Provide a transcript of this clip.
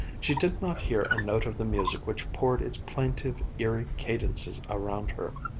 she did not hear a note of the music which poured its plaintive, eerie cadences around her.